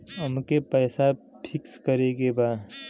अमके पैसा फिक्स करे के बा?